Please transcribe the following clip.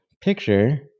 picture